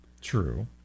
True